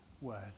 word